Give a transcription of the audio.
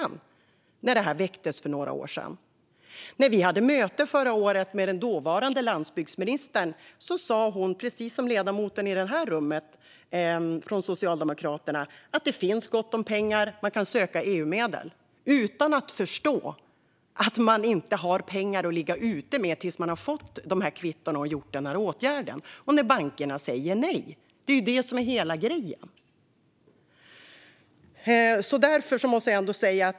När vi hade möte förra året med den dåvarande landsbygdsministern sa hon, precis som ledamoten i detta rum från Socialdemokraterna, att det finns gott om pengar och att man kan söka EU-medel - utan att förstå att man inte har pengar att ligga ute med tills man har fått dessa kvitton och vidtagit denna åtgärd och när bankerna säger nej. Det är det som är hela grejen.